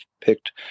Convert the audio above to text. picked